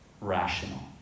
rational